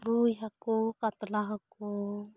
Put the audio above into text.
ᱨᱩᱭ ᱦᱟᱹᱠᱩ ᱠᱟᱛᱞᱟ ᱦᱟᱹᱠᱩ